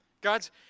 God's